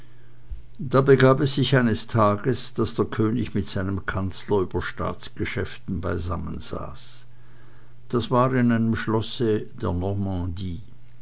da begab es sich eines tages daß der könig mit seinem kanzler über staatsgeschäften zusammensaß das war in einem schlosse der